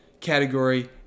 category